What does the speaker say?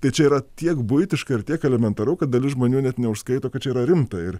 tai čia yra tiek buitiška ir tiek elementaru kad dalis žmonių net neužskaito kad čia yra rimta ir